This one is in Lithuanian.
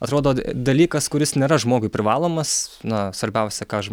atrodo d dalykas kuris nėra žmogui privalomas na svarbiausia ką aš